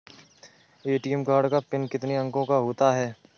ATM card का PIN कितने अंकों का होता है?